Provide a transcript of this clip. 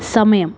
സമയം